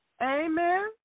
Amen